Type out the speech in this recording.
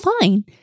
fine